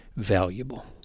valuable